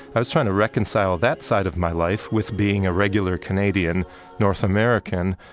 i was trying to reconcile that side of my life with being a regular canadian north american,